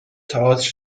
تئاتر